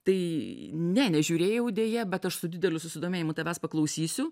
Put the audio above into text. tai ne nežiūrėjau deja bet aš su dideliu susidomėjimu tavęs paklausysiu